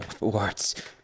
words